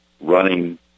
running